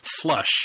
flush